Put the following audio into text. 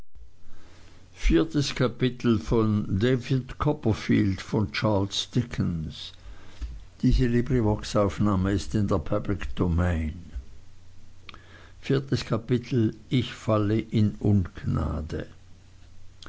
viertes kapitel ich falle in ungnade